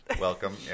Welcome